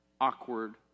Awkward